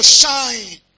shine